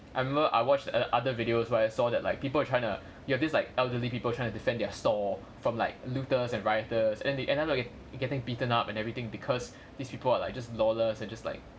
I remember I watch err other videos where I saw that like people are trying to nah you have this like elderly people trying to defend their store from like looters and rioters and they end up get getting beaten up and everything because these people are like just lawless and just like